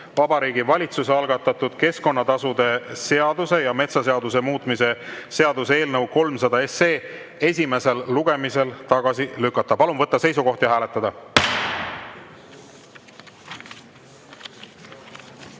Vabariigi Valitsuse algatatud keskkonnatasude seaduse ja metsaseaduse muutmise seaduse eelnõu 300 esimesel lugemisel tagasi lükata. Palun võtta seisukoht ja hääletada!